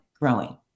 growing